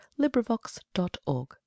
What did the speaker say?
LibriVox.org